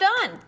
done